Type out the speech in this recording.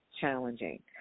challenging